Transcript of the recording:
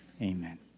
Amen